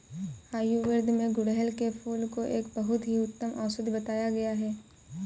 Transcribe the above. आयुर्वेद में गुड़हल के फूल को एक बहुत ही उत्तम औषधि बताया गया है